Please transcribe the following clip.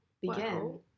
begin